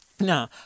Now